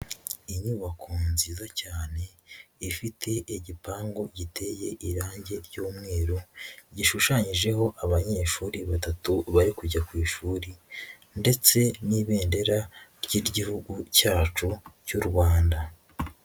Inyubako nziza cyane ifite igipangu giteye irange ry'umweru, gishushanyijeho abanyeshuri batatu bari kujya ku ishuri ndetse n'Ibendera ry'Igihugu cyacu cy'u Rwanda.